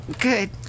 Good